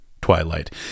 Twilight